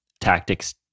tactics